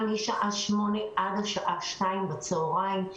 מ-08:00 עד השעה 14:00 בצהריים.